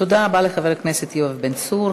תודה רבה לחבר הכנסת יואב בן צור.